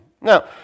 Now